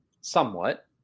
somewhat